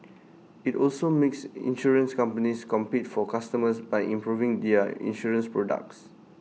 IT also makes insurance companies compete for customers by improving their insurance products